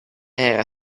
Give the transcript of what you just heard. era